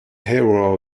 hero